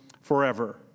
forever